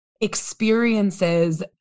experiences